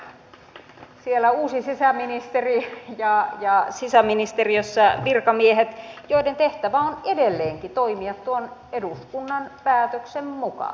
mutta nyt on tietysti siellä uusi sisäministeri ja sisäministeriössä virkamiehet joiden tehtävä on edelleenkin toimia tuon eduskunnan päätöksen mukaan